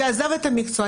שעזב את המקצוע,